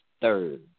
third